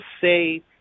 say